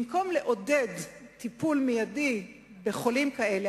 במקום לעודד טיפול מיידי בחולים כאלה,